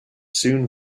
soon